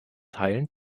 teilen